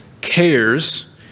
cares